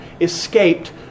escaped